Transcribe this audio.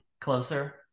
closer